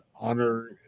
honor